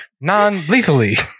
non-lethally